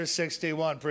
61